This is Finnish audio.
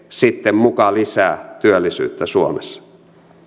sitten muka lisää työllisyyttä suomessa